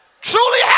Truly